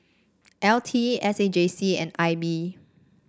L T S A J C and I B